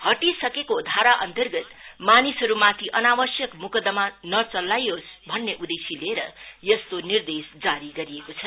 हटिसकेको धाराअन्तर्गत मानिसहरुमाथि अनावश्यक मुकदमा नचलाइयोस् भन्ने उदेश्य लिएर यस्तो निर्देश जारी गरिएको छ